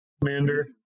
commander